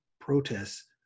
protests